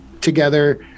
together